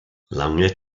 lange